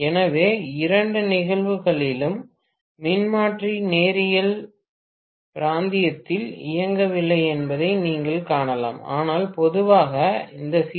எனவே இரண்டு நிகழ்வுகளிலும் மின்மாற்றி நேரியல் பிராந்தியத்தில் இயங்கவில்லை என்பதை நீங்கள் காணலாம் ஆனால் பொதுவாக இந்த சி